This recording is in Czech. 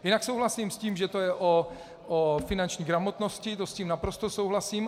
Jinak souhlasím s tím, že to je o finanční gramotnosti, to s tím naprosto souhlasím.